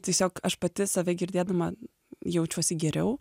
tiesiog aš pati save girdėdama jaučiuosi geriau